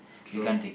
true